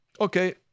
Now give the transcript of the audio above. Okay